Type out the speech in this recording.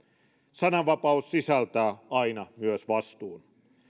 sananvapaus sisältää aina myös vastuun